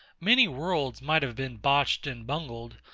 many worlds might have been botched and bungled,